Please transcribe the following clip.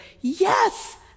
yes